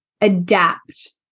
adapt